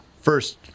first